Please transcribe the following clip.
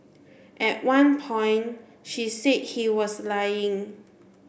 at one point she said he was lying